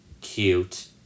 cute